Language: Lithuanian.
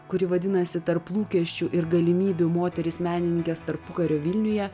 kuri vadinasi tarp lūkesčių ir galimybių moterys menininkės tarpukario vilniuje